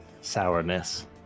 sourness